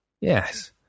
Yes